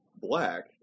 black